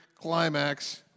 climax